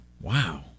Wow